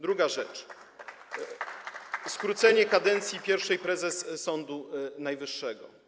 Druga rzecz: skrócenie kadencji pierwszej prezes Sądu Najwyższego.